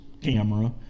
camera